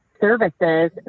services